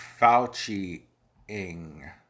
Fauci-ing